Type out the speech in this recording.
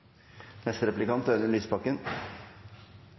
Neste replikant er